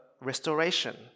restoration